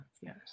yes